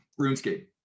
runescape